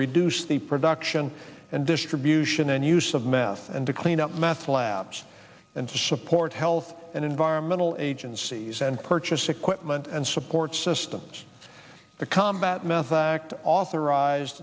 reduce the production and distribution and use of meth and to clean up meth labs and to support health and environmental agencies and purchase equipment and support systems to combat meth act authorized